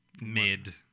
Mid-